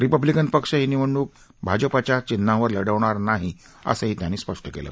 Republican पक्ष ही निवडणूक भाजपाच्या चिन्हावर लढवणार नाही असंही त्यांनी स्पष्ट केलं